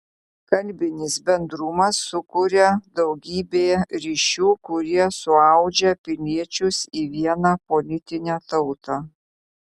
kalbinis bendrumas sukuria daugybė ryšių kurie suaudžia piliečius į vieną politinę tautą